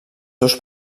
seus